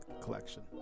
collection